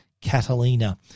Catalina